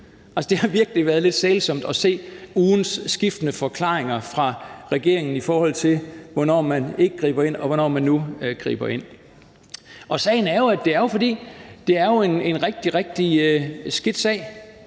det har virkelig været lidt sælsomt at se ugens skiftende forklaringer fra regeringen, i forhold til hvornår man ikke griber ind, og hvornår man nu griber ind. Sagen er, at det er, fordi det